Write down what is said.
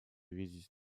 видеть